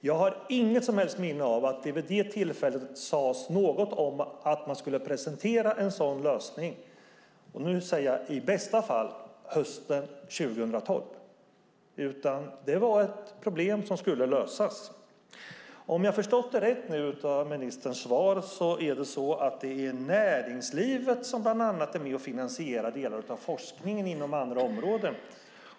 Jag har inget minne av att det vid det tillfället sades något om att man skulle presentera en sådan lösning i bästa fall hösten 2012. Det var ett problem som skulle lösas. Om jag har förstått ministerns svar rätt är det näringslivet som finansierar en del av forskningen inom andra områden.